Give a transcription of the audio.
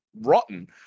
rotten